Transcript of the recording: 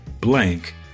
blank